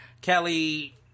kelly